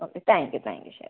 okay thank you thank you ശരി